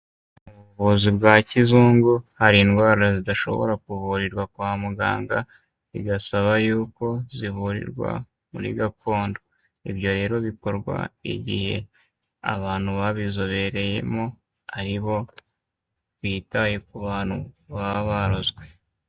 Mu buvuzi bwa kizungu hari indwara zidashobora kuvurirwa kwa muganga, bigasaba yuko zivurirwa muri gakondo. Ibyo rero bikorwa igihe abantu babizobereyemo aribo bitaye ku abantu baba barozwe.